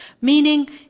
Meaning